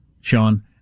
Sean